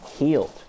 healed